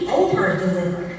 over-deliver